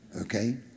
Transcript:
Okay